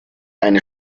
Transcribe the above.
eine